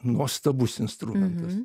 nuostabus instrumentas